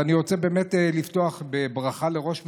אני רוצה באמת לפתוח בברכה לראש משביר,